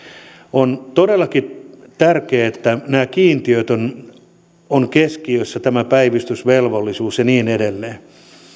on todellakin tärkeää että nämä kiintiöt ovat keskiössä tämä päivystysvelvollisuus ja niin edelleen